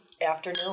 afternoon